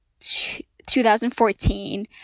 2014